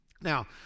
Now